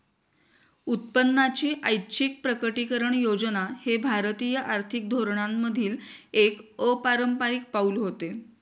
उत्पन्नाची ऐच्छिक प्रकटीकरण योजना हे भारतीय आर्थिक धोरणांमधील एक अपारंपारिक पाऊल होते